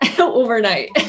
overnight